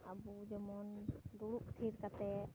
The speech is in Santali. ᱟᱵᱚ ᱡᱮᱢᱚᱱ ᱫᱩᱲᱩᱵ ᱛᱷᱤᱨ ᱠᱟᱛᱮ